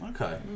Okay